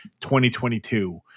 2022